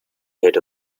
head